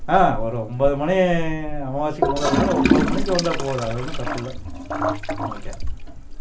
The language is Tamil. ஆ ஒரு ஒன்பது மணி அமாவாசைக்கு முதல் நாள் ஒன்பது மணிக்கு வந்தால் போதும் அது ஒன்றும் தப்பு இல்லை ஓகே